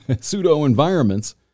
pseudo-environments